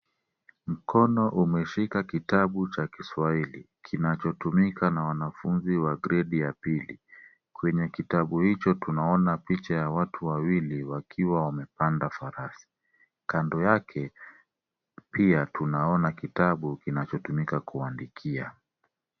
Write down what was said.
Mkono umeshika kitabu cha Kiswahili, kinachotumika na wanafunzi wa Grade ya Pili. Kwenye kitabu hicho tunaona picha ya watu wawili wakiwa wamepanda farasi. Kando yake, pia tunaona kitabu kinachotumika kuandikia.